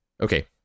Okay